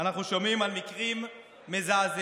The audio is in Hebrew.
אנחנו שומעים על מקרים מזעזעים